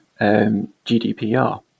GDPR